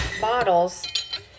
bottles